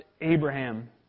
Abraham